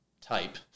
type